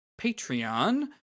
Patreon